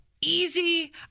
easy